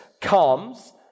comes